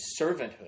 servanthood